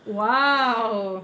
!wow!